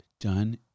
done